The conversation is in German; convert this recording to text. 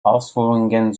ausführungen